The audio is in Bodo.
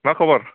मा खबर